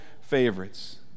favorites